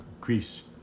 Greece